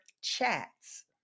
chats